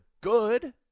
good